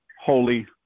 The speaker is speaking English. holy